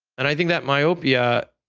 and i think that myopia,